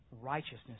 Righteousness